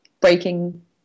breaking